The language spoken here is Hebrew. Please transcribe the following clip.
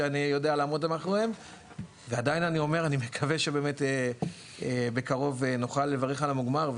שאני יכול לעמוד מאחוריהן ואני מקווה שבקרוב נוכל לברך על המוגמר,